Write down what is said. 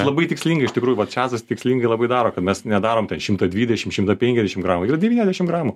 labai tikslingai iš tikrųjų va čiazas tikslingai labai daro kad mes nedarom ten šimto dvidešim šimto penkiasdešim gramų yra devyniasdešim gramų